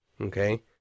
Okay